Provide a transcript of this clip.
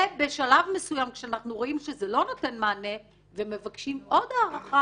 בשלב מסוים כשאנחנו רואים שזה לא נותן מענה ומבקשים עוד הארכה,